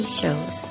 shows